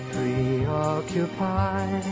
Preoccupied